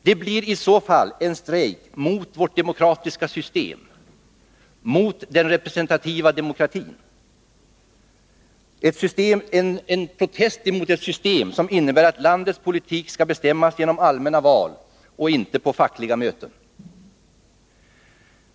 Det blir i så fall en strejk mot vårt demokratiska system, mot den representativa demokratin, en protest mot ett system som innebär att landets politik skall bestämmas genom allmänna val och inte på fackliga möten.